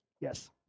Yes